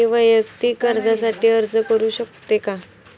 मी वैयक्तिक कर्जासाठी अर्ज करू शकतो का?